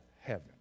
heaven